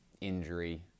injury